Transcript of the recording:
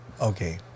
okay